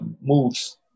moves